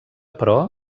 però